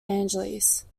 angeles